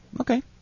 Okay